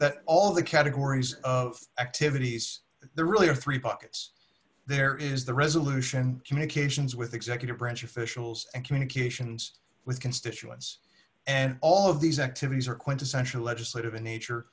that all the categories of activities there really are three pockets there is the resolution communications with the executive branch officials and communications with constituents and all of these activities are quintessential legislative in nature